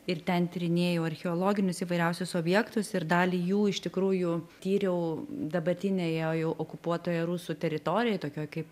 ir ten tyrinėjau archeologinius įvairiausius objektus ir dalį jų iš tikrųjų tyriau dabartinėje jau okupuotoje rusų teritorijoj tokioj kaip